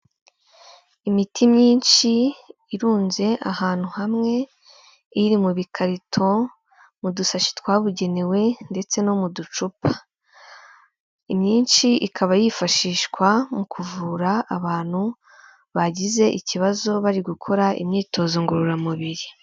Imiti myinshi irunze ahantu hamwe iri mu bikarito, mu dusashi twabugenewe ndetse no mu ducupa, imyinshi ikaba yifashishwa mu kuvura abantu bagize ikibazo bari gukora imyitozo ngororamubiri.